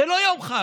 זה לא יום חג.